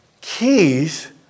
keys